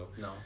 no